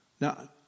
Now